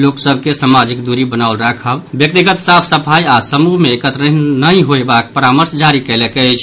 लोक सभ के सामाजिक दूरी बनाओल राखब व्यक्तिगत साफ सफाई आओर समूह मे एकत्र नहि होयबाक परामर्श जारी कयलक अछि